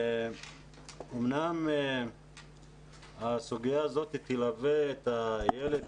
אמנם הסוגיה הזאת תלווה את הילד,